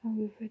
over